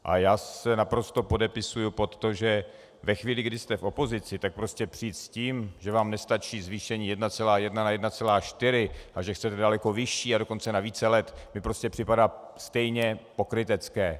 A já se naprosto podepisuji pod to, že ve chvíli, kdy jste v opozici, tak prostě přijít s tím, že vám nestačí zvýšení 1,1 na 1,4 a že chcete daleko vyšší, a dokonce na více let, mi prostě připadá stejně pokrytecké.